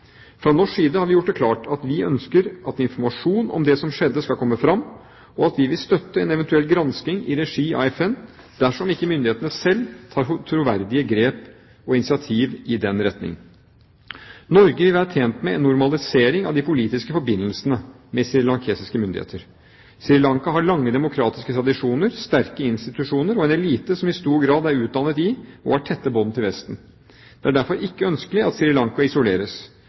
Fra norsk side har vi gjort det klart at vi ønsker at informasjon om det som skjedde, skal komme fram, og at vi vil støtte en eventuell granskning i regi av FN dersom ikke myndighetene selv tar troverdige grep og initiativ i den retning. Norge vil være tjent med en normalisering av de politiske forbindelsene med srilankiske myndigheter. Sri Lanka har lange demokratiske tradisjoner, sterke institusjoner og en elite som i stor grad er utdannet i og har tette bånd til Vesten. Det er derfor ikke ønskelig at Sri Lanka isoleres.